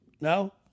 No